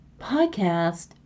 podcast